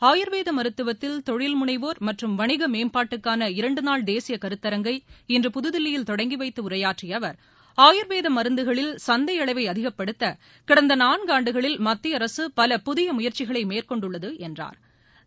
ஆயுர்வேத மருத்துவத்தில் தொழில்முனைவோர் மற்றும் வணிக மேம்பாட்டுக்கான இரண்டு நாள் தேசிய கருத்தரங்கை இன்று புதுதில்லியில் தொடங்கி வைத்து உரையாற்றிய அவர் ஆயுர்வேத மருந்துகளில் சந்தை அளவை அதிகப்படுத்த கடந்த நான்கு ஆண்டுகளில் மத்திய அரசு பல புதிய முயற்சிகளை மேற்கொண்டுள்ளது என்றாா்